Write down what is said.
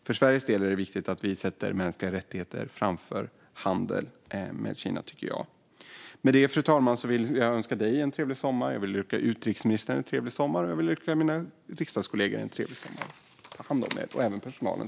För Sveriges del är det viktigt att vi sätter mänskliga rättigheter framför handel med Kina, tycker jag. Med det sagt vill jag önska en trevlig sommar till fru talmannen, utrikesministern och mina kollegor i riksdagen. Ta hand om er! Detta gäller även personalen.